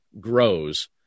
grows